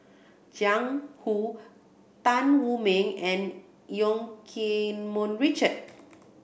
Jiang Hu Tan Wu Meng and Yong Keng Mun Richard